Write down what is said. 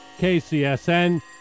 KCSN